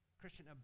Christian